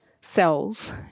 cells